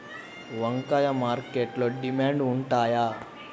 వంకాయలు మార్కెట్లో డిమాండ్ ఉంటాయా?